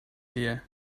year